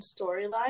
storyline